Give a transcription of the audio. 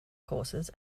courses